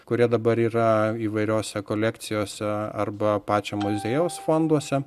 kurie dabar yra įvairiose kolekcijose arba pačio muziejaus fonduose